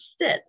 sit